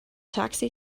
taxi